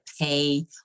pay